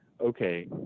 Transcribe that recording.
okay